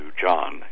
John